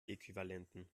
äquivalenten